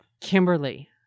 Kimberly